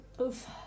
Oof